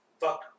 fuck